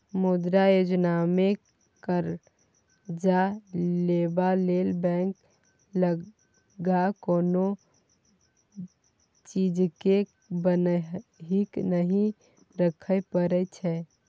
मुद्रा योजनामे करजा लेबा लेल बैंक लग कोनो चीजकेँ बन्हकी नहि राखय परय छै